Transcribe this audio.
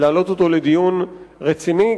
להעלות אותו לדיון רציני.